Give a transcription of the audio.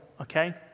Okay